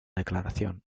declaración